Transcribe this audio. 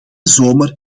zomer